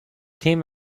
team